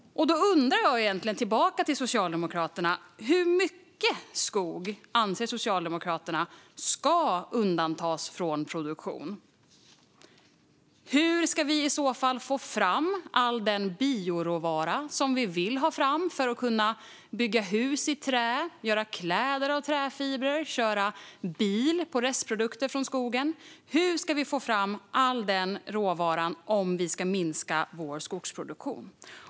Då har jag en fråga till Socialdemokraterna. Hur mycket skog anser Socialdemokraterna ska undantas från produktion? Hur ska vi i så fall få fram all den bioråvara som vi vill ha fram för att kunna bygga hus i trä, göra kläder av träfiber och köra bil på restprodukter från skogen? Hur ska vi få fram all denna råvara om vi ska minska vår skogsproduktion?